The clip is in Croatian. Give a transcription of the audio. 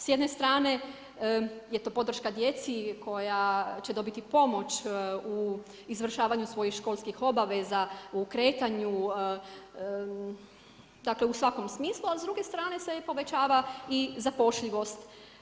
S jedne strane je to podrška djeci koja će dobiti pomoć u izvršavanju svojih školskih obaveza, dakle u svako smislu a s druge strane se povećava i zapošljivost.